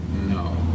No